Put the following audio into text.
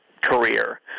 career